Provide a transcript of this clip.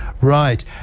right